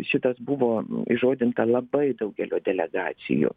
šitas buvo įžodinta labai daugelio delegacijų